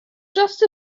just